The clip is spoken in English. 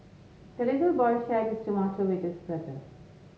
the little boy shared his tomato with his brother